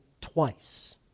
twice